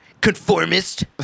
conformist